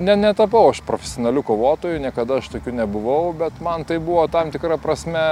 ne netapau aš profesionaliu kovotoju niekada aš tokiu nebuvau bet man tai buvo tam tikra prasme